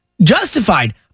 justified